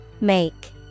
Make